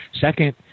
Second